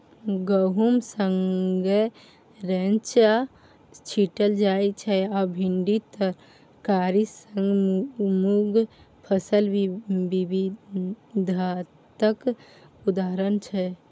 गहुम संगै रैंचा छीटल जाइ छै आ भिंडी तरकारी संग मुँग फसल बिबिधताक उदाहरण छै